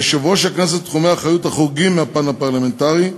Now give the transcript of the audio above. ליושב-ראש הכנסת תחומי אחריות החורגים מהפן הפרלמנטרי,